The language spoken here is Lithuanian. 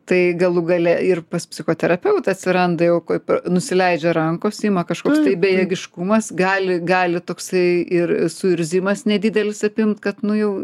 tai galų gale ir pas psichoterapeutą atsiranda jau kaip ir nusileidžia rankos ima kažkoks tai bejėgiškumas gali gali toksai ir suirzimas nedidelis apimt kad nu jau